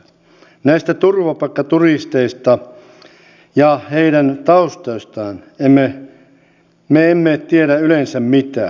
näistä turvapaikkaturisteista ja heidän taustoistaan me emme tiedä yleensä mitään